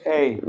Hey